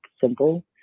simple